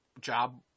Job